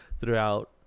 throughout